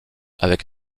avec